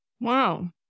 Wow